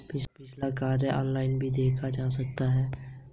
पिछला बकाया ऋण की राशि को हम ऑनलाइन भी देखता